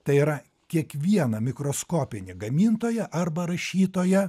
tai yra kiekvieną mikroskopinį gamintoją arba rašytoją